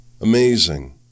Amazing